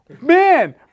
Man